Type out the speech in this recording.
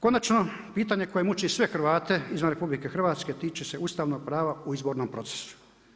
Konačno, pitanje koje muči sve Hrvate izvan RH, tiče se ustavnog prava u izbornom procesu.